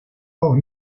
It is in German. auch